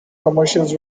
commercials